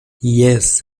jes